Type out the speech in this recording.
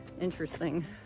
interesting